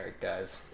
guys